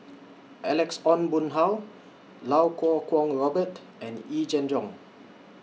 Alex Ong Boon Hau Iau Kuo Kwong Robert and Yee Jenn Jong